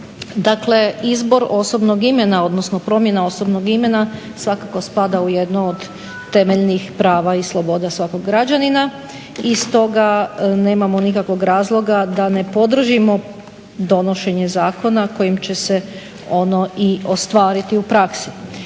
Dakle izbor osobnog imena, odnosno promjena osobnog imena svakako spada u jedno od temeljnih prava i sloboda svakog građanina i stoga nemamo nikakvog razloga da ne podržimo donošenje zakona kojim će se ono i ostvariti u praksi.